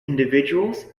individuals